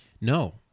no